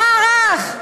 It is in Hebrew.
המערך.